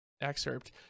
excerpt